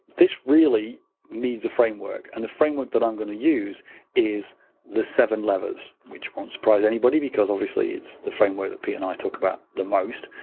this really needs a framework, and the framework that i'm going to use is the seven levers, which won't surprise anybody. obviously, it's the framework that pete and i talk about the most,